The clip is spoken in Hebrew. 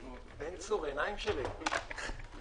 למשרדי הממשלה ונציגי החברה